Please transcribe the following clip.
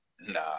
nah